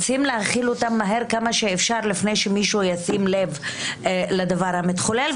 רוצים להחיל אותם מהר כמה שאפשר לפני שמישהו ישים לב לדבר המתחולל.